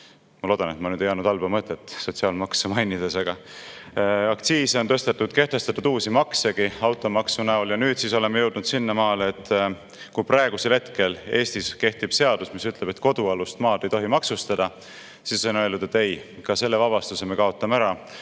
Ma loodan, et ma nüüd ei andnud halba mõtet sotsiaalmaksu mainides. Aktsiise on tõstetud, kehtestatud uusi maksegi automaksu näol. Ja nüüd siis oleme jõudnud sinnamaale, et kui praegusel hetkel Eestis kehtib seadus, mis ütleb, et kodualust maad ei tohi maksustada, siis [valitsus] on öelnud, et ei, ka selle vabastuse me kaotame ära,